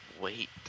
wait